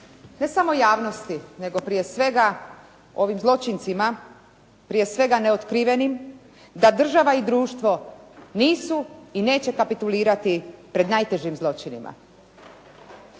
ne samo javnosti, nego prije svega ovim zločincima, prije svega neotkrivenim da država i društvo nisu i neće kapitulirati pred najtežim zločinima.